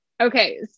okay